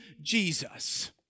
Jesus